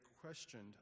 questioned